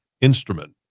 instrument